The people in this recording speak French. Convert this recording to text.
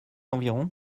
environ